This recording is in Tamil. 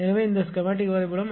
எனவே இது ஸ்செமாட்டிக் வரைபடம்